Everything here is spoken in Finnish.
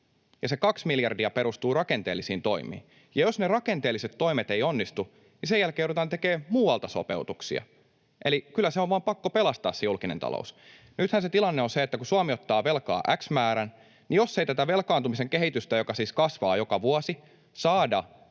se kaksi miljardia perustuu rakenteellisiin toimiin. Jos ne rakenteelliset toimet eivät onnistu, niin sen jälkeen joudutaan tekemään muualta sopeutuksia. Eli kyllä on vain pakko pelastaa se julkinen talous. Nythän tilanne on se, että kun Suomi ottaa velkaa x-määrän, niin jos ei tätä velkaantumisen kehitystä, joka siis kasvaa joka vuosi, saada